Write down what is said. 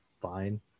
fine